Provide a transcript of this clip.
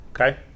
okay